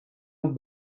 het